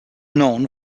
known